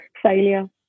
Failure